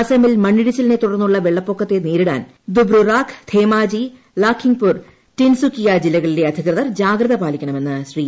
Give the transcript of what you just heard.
ആസാമിൽ മണ്ണിടിച്ചിലിനെ തുടർന്നുള്ള വെള്ളപ്പൊക്കത്തെ നേരിടാൻ ദുബ്രുറാഖ് ധേമാജി ലാഖിംഗ് പൂർ ടിൻസുക്കിയ ജില്ലകളിലെ അധികൃതർ ജാഗ്രത പാലിക്കണം എന്ന് ശ്രീ